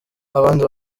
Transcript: abandi